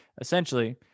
Essentially